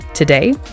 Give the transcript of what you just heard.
Today